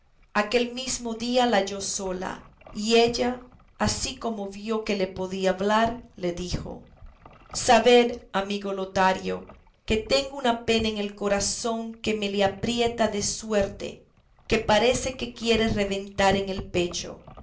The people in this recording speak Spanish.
aquel mismo día la halló sola y ella así como vio que le podía hablar le dijo sabed amigo lotario que tengo una pena en el corazón que me le aprieta de suerte que parece que quiere reventar en el pecho